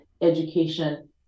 education